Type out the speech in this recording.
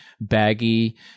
baggy